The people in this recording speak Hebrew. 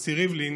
הנשיא ריבלין,